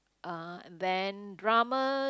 uh then drama